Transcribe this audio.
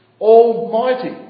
Almighty